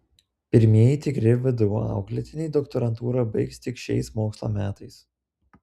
pirmieji tikri vdu auklėtiniai doktorantūrą baigs tik šiais mokslo metais